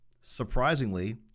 surprisingly